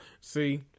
See